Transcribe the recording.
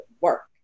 work